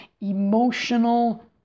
emotional